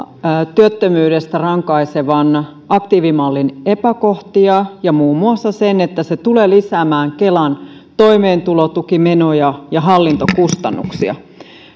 työttömyydestä rankaisevan aktiivimallin epäkohtia ja muun muassa sen että se tulee lisäämään kelan toimeentulotukimenoja ja hallintokustannuksia